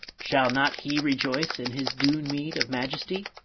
shall not he rejoice in his due meed of majesty?